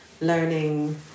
learning